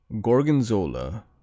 Gorgonzola